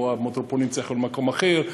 או המטרופולין צריכה להיות במקום אחר.